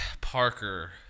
Parker